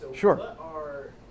Sure